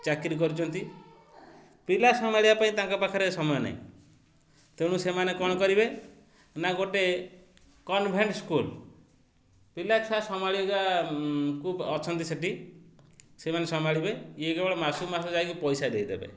ଚାକିରି କରୁଛନ୍ତି ପିଲା ସମ୍ଭାଳିବା ପାଇଁ ତାଙ୍କ ପାଖରେ ସମୟ ନାହିଁ ତେଣୁ ସେମାନେ କ'ଣ କରିବେ ନା ଗୋଟେ କନଭେଣ୍ଟ ସ୍କୁଲ ପିଲା ଛୁଆ ସମ୍ଭାଳିବାକୁ ଅଛନ୍ତି ସେଠି ସେମାନେ ସମ୍ଭାଳିବେ ଇଏ କେବଳ ମାସକୁ ମାସ ଯାଇକି ପଇସା ଦେଇଦେବେ